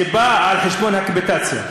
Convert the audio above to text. זה בא על חשבון הקפיטציה.